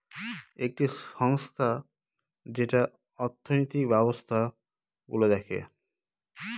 একটি সংস্থা যেটা অর্থনৈতিক ব্যবস্থা গুলো দেখে